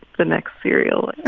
the next serial